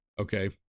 Okay